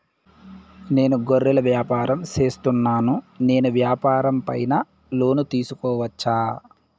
నేను గొర్రెలు వ్యాపారం సేస్తున్నాను, నేను వ్యాపారం పైన లోను తీసుకోవచ్చా?